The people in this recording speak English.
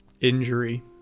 injury